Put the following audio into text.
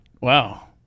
Wow